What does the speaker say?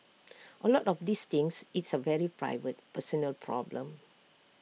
A lot of these things it's A very private personal problem